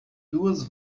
duas